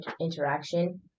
interaction